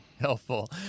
helpful